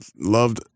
loved